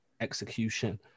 Execution